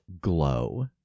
glow